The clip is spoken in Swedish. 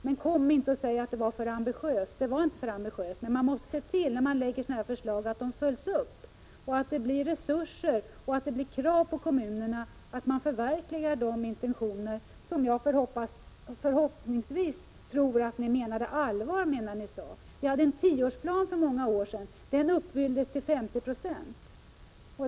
Men kom inte och säg att det var för ambitiöst. Det var det inte. När man lägger fram sådana här förslag måste man se till att de följs upp, att det finns resurser och att det ställs krav på kommunerna att förverkliga de intentioner som jag hoppas att ni menade allvar med. Vi hade en tioårsplan för många år sedan. Den uppfylldes till 50 90.